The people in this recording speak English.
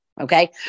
Okay